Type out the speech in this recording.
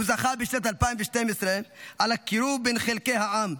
הוא זכה בשנת 2012 על הקירוב בין חלקי העם,